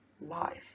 life